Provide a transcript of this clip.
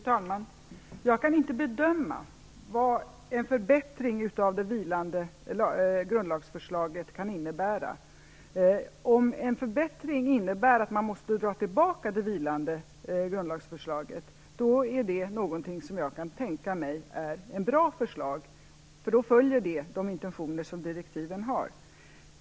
Fru talman! Jag kan inte bedöma vad en förbättring av det vilande grundlagsförslaget kan innebära. Om en förbättring innebär att man måste dra tillbaka det vilande grundlagsförslaget kan jag tänka mig att det är ett bra förslag. Då följer det de intentioner som direktiven har.